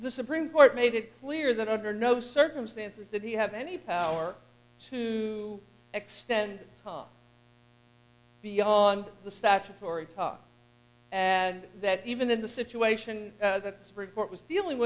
the supreme court made it clear that under no circumstances that you have any power to extend beyond the statutory tough and that even in the situation that spirit was dealing